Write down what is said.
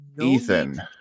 Ethan